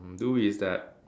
do is that